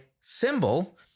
symbol